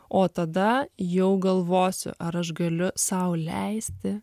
o tada jau galvosiu ar aš galiu sau leisti